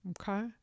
okay